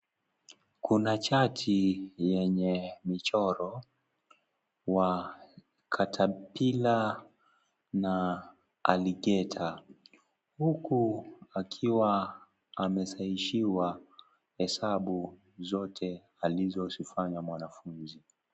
Kuna chaki yenye michoro, wa katapila na aligeta. Huku akiwa amesaishiwa, hesabu zote alizozifanya mwanafunzi.